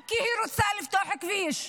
רק כי היא רוצה לפתוח כביש.